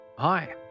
Hi